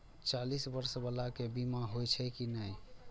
चालीस बर्ष बाला के बीमा होई छै कि नहिं?